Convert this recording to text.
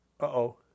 Uh-oh